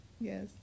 Yes